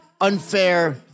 unfair